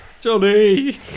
Johnny